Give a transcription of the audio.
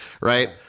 right